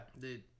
Dude